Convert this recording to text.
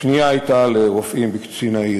הפנייה הייתה לרופאים בקצין העיר.